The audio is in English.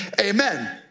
amen